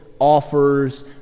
offers